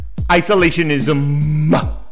isolationism